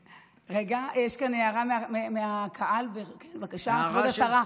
רגע, יש כאן הערה של כבוד השרה.